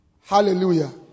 Hallelujah